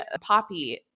Poppy